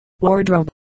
wardrobe